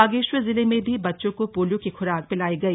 बागेश्वर जिले में भी बच्चों को पोलियो की खुराक पिलाई गई